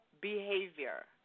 behavior